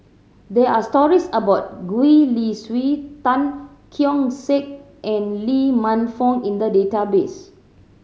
there are stories about Gwee Li Sui Tan Keong Saik and Lee Man Fong in the database